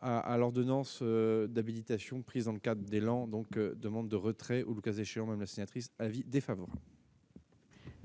à l'ordonnance d'habilitation prises en cas d'élan donc demande de retrait ou, le cas échéant, même la sénatrice avis défavorable.